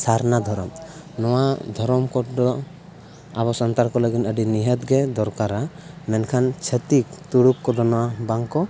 ᱥᱟᱨᱱᱟ ᱫᱷᱚᱨᱚᱢ ᱱᱚᱣᱟ ᱫᱷᱚᱨᱚᱢ ᱠᱳᱰ ᱫᱚ ᱟᱵᱚ ᱥᱟᱱᱛᱟᱲ ᱠᱚ ᱞᱟᱹᱜᱤᱱ ᱟᱹᱰᱤ ᱱᱤᱦᱟᱹᱛᱜᱮ ᱫᱚᱨᱠᱟᱨᱟ ᱢᱮᱱᱠᱷᱟᱱ ᱪᱷᱟᱛᱤᱠ ᱛᱩᱲᱩᱠ ᱠᱚᱫᱚ ᱱᱚᱣᱟ ᱵᱟᱝᱠᱚ